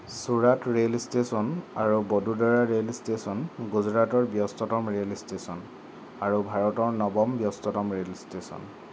Surat rail station আৰু Vadodara rail station গুজৰাটৰ ব্যস্ততম ৰে'ল ষ্টেচন আৰু ভাৰতৰ নৱম ব্যস্ততম ৰে'ল ষ্টেচন